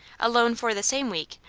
alone for the same week,